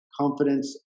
confidence